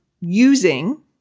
using